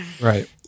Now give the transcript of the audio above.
Right